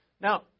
Now